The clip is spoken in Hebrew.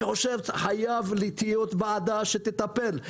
אני חושב שחייבת להיות ועדה שתטפל.